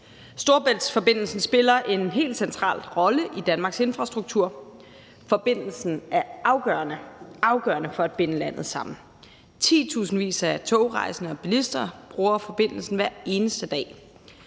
Storebæltsforbindelsen spiller en helt central rolle i Danmarks infrastruktur. Forbindelsen er afgørende for at binde landet sammen. Titusindvis af togrejsende og bilister bruger forbindelsen hver eneste dag.